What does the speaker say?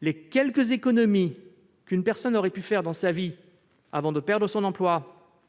les quelques économies qu'une personne aurait pu réaliser durant sa vie avant de perdre son emploi